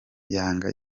yanga